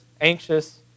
anxious